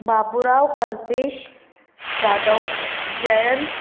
Baburao Kalpesh Jadhav Jayant